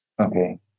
Okay